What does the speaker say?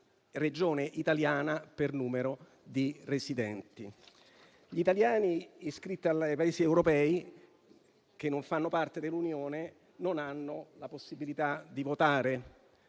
Regione italiana per numero di residenti. Gli italiani iscritti nei Paesi europei che non fanno parte dell'Unione non hanno la possibilità di votare,